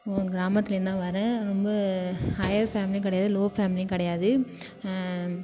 ஒரு கிராமத்திலேந்தான் வரேன் ரொம்ப ஹையர் ஃபேமிலியும் கிடையாது லோ ஃபேமிலியும் கிடையாது